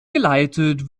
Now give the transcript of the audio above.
geleitet